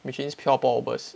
which means pure pourovers